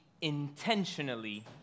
intentionally